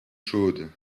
chaude